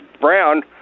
brown